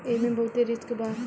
एईमे बहुते रिस्क बा